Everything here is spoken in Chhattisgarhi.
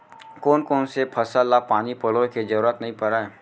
कोन कोन से फसल ला पानी पलोय के जरूरत नई परय?